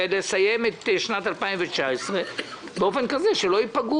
לסיים את שנת 2019 באופן כזה שלא ייפגעו